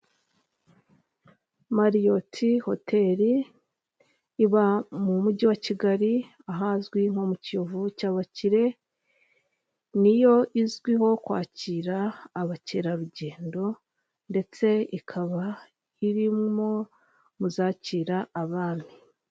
Mariyoti hoteli iba mu mujyi wa Kigali ahazwi nko mu kiyovu cy'abakire, niyo izwiho kwakira abakerarugendo ndetse ikaba irimo muzakira abami.